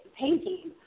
painting